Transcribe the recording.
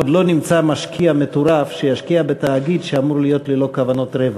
עוד לא נמצא משקיע מטורף שישקיע בתאגיד שאמור להיות ללא כוונות רווח.